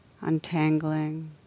untangling